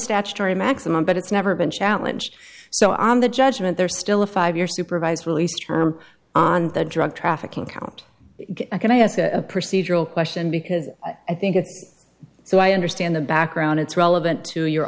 statutory maximum but it's never been challenged so on the judgement there's still a five year supervised release term on the drug trafficking account can i ask a procedural question because i think it's so i understand the background it's relevant to your